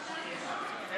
עד שלוש דקות, אדוני.